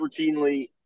routinely